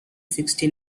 sixty